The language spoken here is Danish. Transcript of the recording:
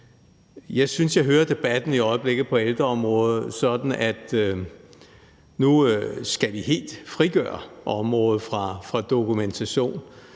jeg synes, at jeg hører debatten på ældreområdet i øjeblikket sådan, at nu skal vi helt frigøre området fra dokumentation,